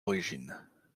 origine